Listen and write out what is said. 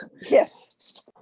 Yes